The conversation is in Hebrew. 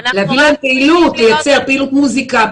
לייצר פעילות מוזיקה,